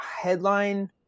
headline